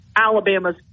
Alabama's